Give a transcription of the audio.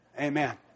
Amen